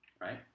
right